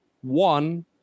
one